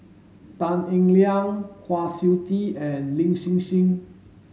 Tan Eng Liang Kwa Siew Tee and Lin Hsin Hsin